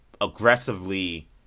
aggressively